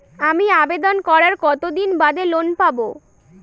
আমি আবেদন করার কতদিন বাদে লোন পাব?